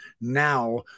Now